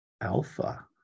alpha